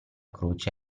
croce